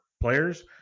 players